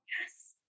Yes